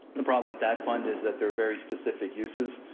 the problem with that fund is that there are very specific uses,